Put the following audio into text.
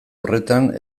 horretan